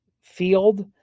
field